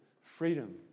freedom